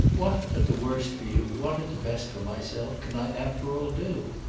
what, at the worst for you, what at the best for myself, can i after all do?